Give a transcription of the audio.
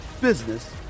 business